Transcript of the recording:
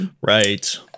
right